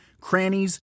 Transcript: crannies